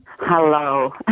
Hello